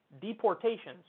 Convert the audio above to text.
Deportations